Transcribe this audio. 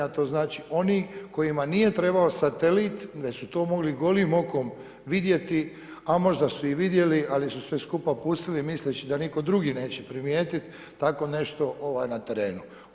To znači oni kojima nije trebao satelit već su to mogli golim okom vidjeti, a možda su i vidjeli, ali su sve skupa pustili misleći da nitko drugi neće primijetiti tako nešto na terenu.